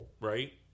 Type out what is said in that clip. right